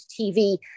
tv